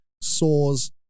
saws